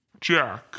Jack